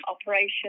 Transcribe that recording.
Operation